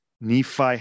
Nephi